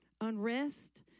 unrest